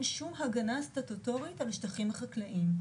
שום הגנה סטטוטורית על שטחים חקלאים.